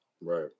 right